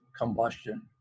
combustion